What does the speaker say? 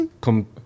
come